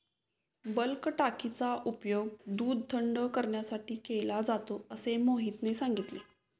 bulk टाकीचा उपयोग दूध थंड करण्यासाठी केला जातो असे मोहितने सांगितले